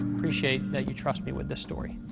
appreciate that you trust me with this story.